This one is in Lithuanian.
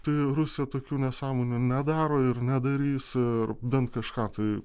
tai rusija tokių nesąmonių nedaro ir nedarys ir bent kažką tai